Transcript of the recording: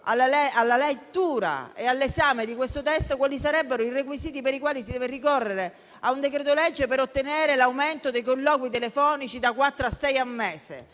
alla lettura e all'esame di questo testo i requisiti per i quali si dovrebbe ricorrere a un decreto-legge: per ottenere l'aumento dei colloqui telefonici da quattro a sei